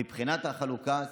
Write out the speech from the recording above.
מבחינת החלוקה,